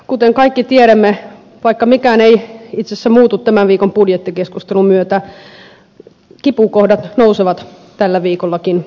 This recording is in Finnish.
kuten kaikki tiedämme vaikka mikään ei itse asiassa muutu tämän viikon budjettikeskustelun myötä kipukohdat nousevat tällä viikollakin esille